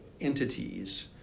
entities